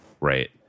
Right